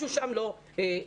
משהו שם לא עובד.